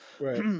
Right